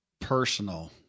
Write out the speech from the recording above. personal